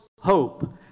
hope